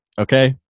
okay